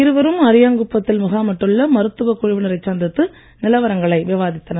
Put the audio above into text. இருவரும் அரியாங்குப்பத்தில் முகாமிட்டுள்ள மருத்துவக் குழுவினரை சந்தித்து நிலவரங்களை விவாதித்தனர்